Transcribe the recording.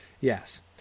yes